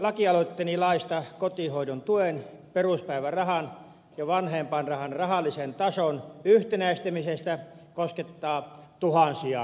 lakialoitteeni laista kotihoidon tuen peruspäivärahan ja vanhem painrahan rahallisen tason yhtenäistämisestä koskettaa tuhansia suomalaisia